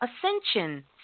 ascension